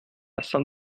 saint